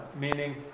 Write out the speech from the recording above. meaning